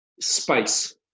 space